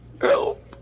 help